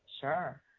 Sure